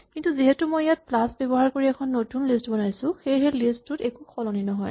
কিন্তু যিহেতু মই ইয়াত প্লাচ ব্যৱহাৰ কৰি এখন নতুন লিষ্ট বনাইছো সেয়েহে লিষ্ট টু ত একো সলনি নহয়